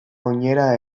oinera